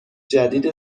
جدید